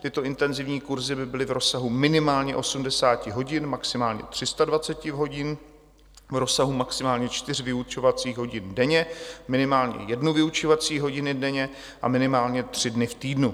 Tyto intenzivní kurzy by byly v rozsahu minimálně 80 hodin, maximálně 320 hodin, v rozsahu maximálně čtyř vyučovacích hodin denně, minimálně jednu vyučovací hodinu denně a minimálně tři dny v týdnu.